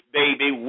baby